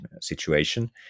situation